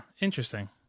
Interesting